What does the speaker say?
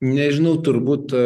nežinau turbūt